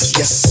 yes